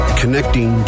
connecting